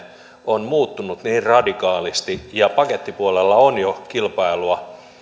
on muuttunut niin radikaalisti ja pakettipuolella on jo kilpailua